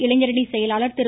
இளைஞரணி செயலாளர் திரு